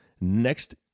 next